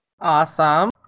Awesome